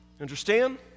Understand